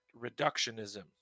reductionism